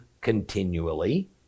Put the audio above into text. continually